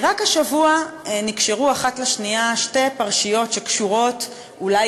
רק השבוע נקשרו אחת לשנייה שתי פרשיות שקשורות אולי